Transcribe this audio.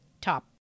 top